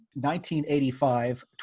1985